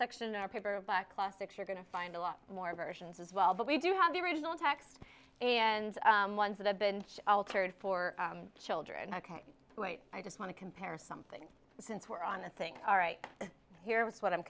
section are paperback classics you're going to find a lot more versions as well but we do have the original text and ones that have been altered for children and i can't wait i just want to compare something since we're on a thing all right here with what i'm